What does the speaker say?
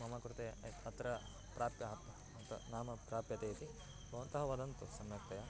मम कृते य अत्र प्राप्य त नाम प्राप्यते इति भवन्तः वदन्तु सम्यक्तया